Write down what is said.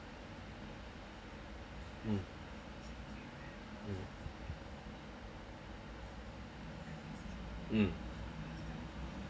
mm mm mm